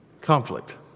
conflict